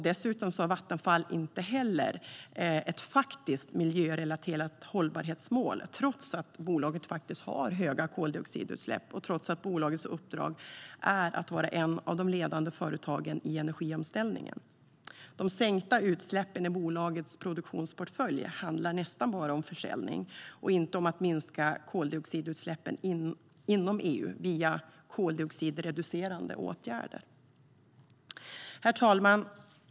Dessutom har Vattenfall inte heller ett faktiskt miljörelaterat hållbarhetsmål trots att bolaget har höga koldioxidutsläpp och trots att bolagets uppdrag är att vara ett ledande företag i energiomställningen. De sänkta utsläppen i bolagets produktionsportfölj handlar nästan bara om försäljning och inte om att minska koldioxidutsläppen inom EU via koldioxidreducerande åtgärder. Herr talman!